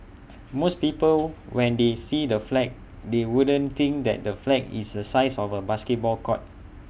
most people when they see the flag they wouldn't think that the flag is the size of A basketball court